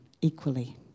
equally